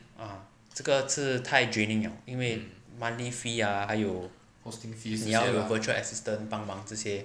ah 这个是太 draining liao 因为 monthly fee ah 还有你要有 virtual assistant 帮忙这些